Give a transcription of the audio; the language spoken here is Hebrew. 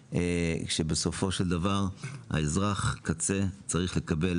כשבסופו של דבר אזרח הקצה צריך לקבל